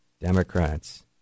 Democrats